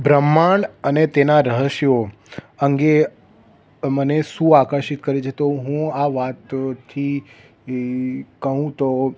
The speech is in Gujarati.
બ્રહ્માંડ અને તેના રહસ્યો અંગે મને શું આકર્ષિત કરે છે તો હું આ વાતથી કહું તો